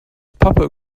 pappe